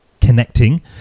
connecting